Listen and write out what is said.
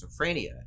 schizophrenia